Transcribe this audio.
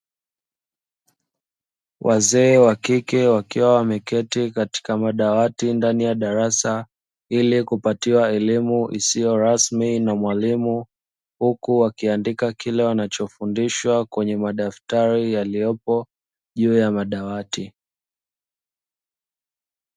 Wazee wa kike wakiwa wameketi katika madawati ndani ya darasa ili kupatiwa elimu isiyo rasmi na mwalimu, huku wakiandika kile wanachofundishwa kwenye madaftari yaliyopo juu ya madawati.